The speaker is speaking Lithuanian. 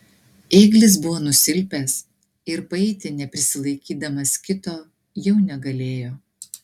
ėglis buvo nusilpęs ir paeiti neprisilaikydamas kito jau negalėjo